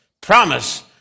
promise